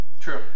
True